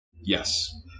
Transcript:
yes